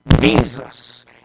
Jesus